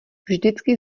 vždycky